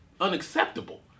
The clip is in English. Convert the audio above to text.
unacceptable